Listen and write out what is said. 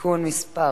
(תיקון מס'